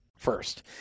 first